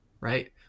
right